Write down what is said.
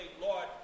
Lord